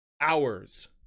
Hours